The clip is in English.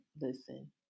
listen